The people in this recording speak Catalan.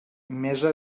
mesa